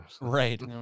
Right